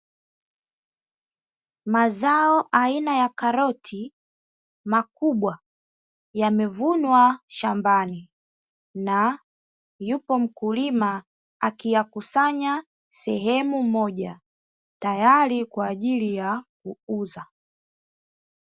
Mazao aina ya karoti makubwa yamevunwa shambani na yupo mkulima akiyakusanya sehemu moja, tayari kwa ajili ya kuuza.